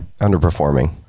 underperforming